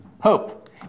hope